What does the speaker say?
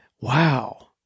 Wow